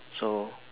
so